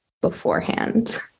beforehand